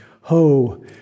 HO